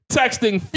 texting